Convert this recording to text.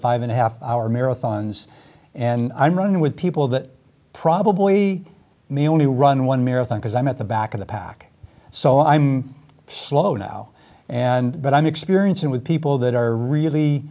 five and a half hour marathons and i'm running with people that probably me only run one marathon because i'm at the back of the pack so i'm slow now and but i'm experiencing with people that are really